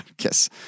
yes